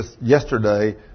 yesterday